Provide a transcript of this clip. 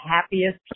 happiest